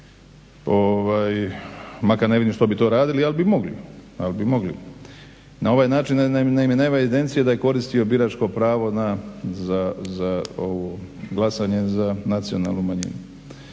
Makar ne vidim što bi to radili ali bi mogli. Na ovaj način naime nema evidencije da je koristio biračko pravo za glasanje za nacionalnu manjinu.